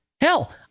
Hell